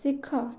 ଶିଖ